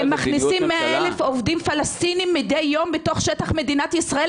הם מכניסים 100,000 עובדים פלסטינים מדי יום בתוך שטח מדינת ישראל,